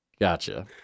Gotcha